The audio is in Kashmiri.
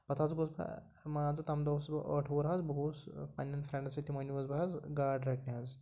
پَتہٕ حظ گوٚژھ بہٕ مان ژٕ تَمہِ دۄہ اوسُس بہٕ ٲٹھٕ وُہُر حظ بہٕ گووُس پنٛنٮ۪ن فرٛٮ۪نٛڈَن سۭتۍ تِمو نیوٗوٕ حظ بہٕ حظ گاڈٕ رَٹنہِ حظ